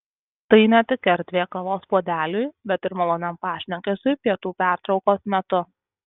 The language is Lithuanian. tai ne tik erdvė kavos puodeliui bet ir maloniam pašnekesiui pietų pertraukos metu